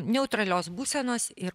neutralios būsenos ir